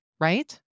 right